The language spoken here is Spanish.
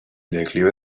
declive